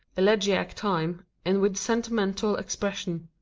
elegiac time, and with sentimental expression.